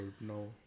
no